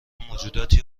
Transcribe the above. موجوداتی